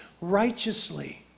Righteously